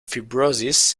fibrosis